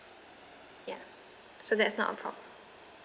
ya so that's not a problem